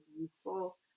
useful